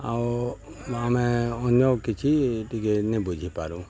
ଆଉ ଆମେ ଅନ୍ୟ କିଛି ଟିକେ ନେ ବୁଝିପାରୁ